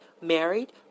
married